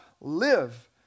live